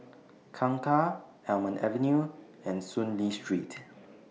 Kangkar Almond Avenue and Soon Lee Street